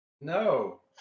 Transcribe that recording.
No